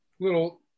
little